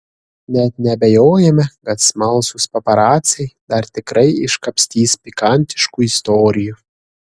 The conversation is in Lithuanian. net neabejojame kad smalsūs paparaciai dar tikrai iškapstys pikantiškų istorijų